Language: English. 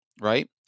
right